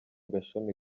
gashami